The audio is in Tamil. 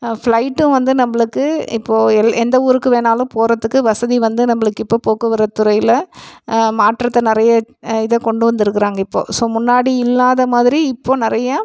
ஃப்ளைட்டும் வந்து நம்மளுக்கு இப்போ எ எந்த ஊருக்கு வேணாலும் போகிறத்துக்கு வசதி வந்து நம்மளுக்கு இப்போ போக்குவரத்துறையில் மாற்றத்தை நிறைய இதை கொண்டு வந்திருக்குறாங்க இப்போது ஸோ முன்னாடி இல்லாத மாதிரி இப்போது நிறையா